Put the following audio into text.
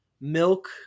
Milk